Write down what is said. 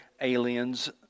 aliens